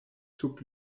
sub